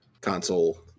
console